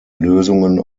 lösungen